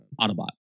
Autobot